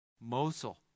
Mosul